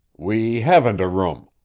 we haven't a room.